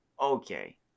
Okay